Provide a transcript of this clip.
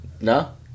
No